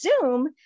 Zoom